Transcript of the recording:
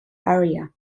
area